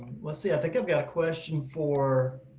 let's see. i think i've got a question for